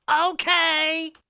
Okay